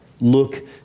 Look